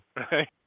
okay